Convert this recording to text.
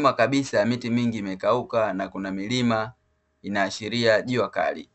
ma kabisa miti mingi imekauka na kuna milima inaashiria juakali.